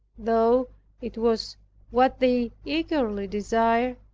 though it was what they eagerly desired,